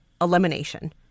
elimination